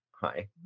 Hi